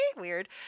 Weird